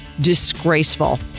Disgraceful